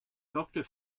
doctor